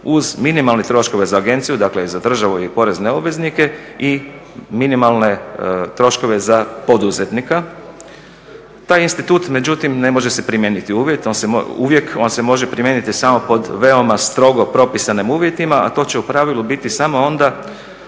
uz minimalne troškove za agenciju, dakle za državu i porezne obveznike i minimalne troškove za poduzetnika. Taj institut međutim ne može se primijeniti uvijek, on se može primijeniti samo pod veoma strogo propisanim uvjetima a to će u pravili biti samo onda